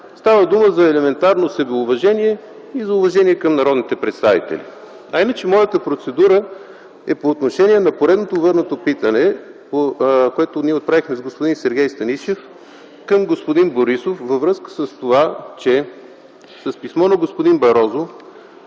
Става дума за елементарно себеуважение и за уважение към народните представители. Моята процедура е по отношение на поредното върнато питане, което ние с господин Сергей Станишев отправихме към господин Борисов във връзка с това, че с писмо на господин Барозу